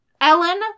Ellen